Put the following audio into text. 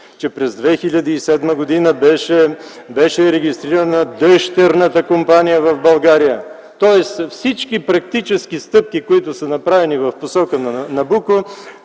През 2007 г. беше регистрирана дъщерната компания в България, тоест всички практически стъпки, които са направени в посока на „Набуко”,